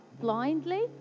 blindly